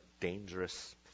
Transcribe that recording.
dangerous